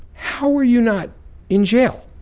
how are you not in jail?